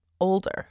older